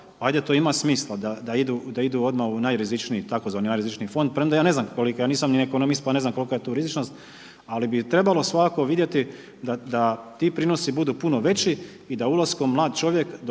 ajde to ima smisla da idu odmah u najrizičniji, tzv. najrizičniji fond, premda ja ne znam, ja nisam ni ekonomist pa ne znam kolika je tu rizičnost, ali bi trebalo svakako vidjeti da ti prinosi budu puno veći i da ulaskom mlad čovjek